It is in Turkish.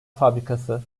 fabrikası